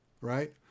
right